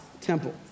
temple